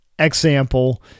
example